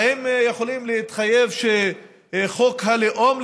האם יכולים להתחייב שחוק הלאום,